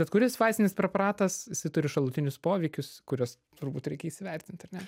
bet kuris vaistinis preparatas jisai turi šalutinius poveikius kuriuos turbūt reikia įsivertint ar ne